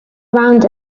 around